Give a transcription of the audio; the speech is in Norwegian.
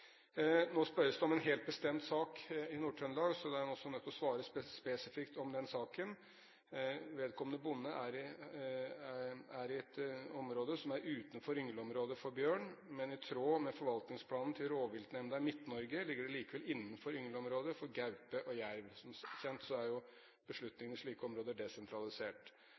Nå spørres det om en helt bestemt sak i Nord-Trøndelag, så da er en også nødt til å svare spesifikt om den saken. Vedkommende bonde er i et område som er utenfor yngleområdet for bjørn, men i tråd med forvaltningsplanen til Rovviltnemnda i Midt-Norge ligger det likevel innenfor yngleområdet for gaupe og jerv. Som kjent er beslutningene i slike områder desentralisert.